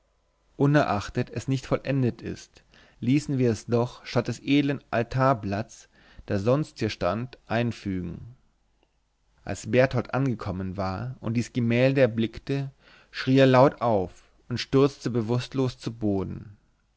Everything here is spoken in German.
unerachtet es nicht vollendet ist ließen wir es doch statt des elenden altarblatts das sonst hier stand einfügen als berthold angekommen war und dies gemälde erblickte schrie er laut auf und stürzte bewußtlos zu boden